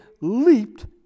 leaped